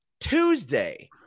Tuesday